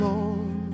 Lord